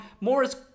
Morris